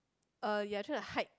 uh you are trying to hide